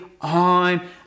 on